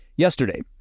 Yesterday